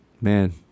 Man